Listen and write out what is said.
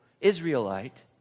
Israelite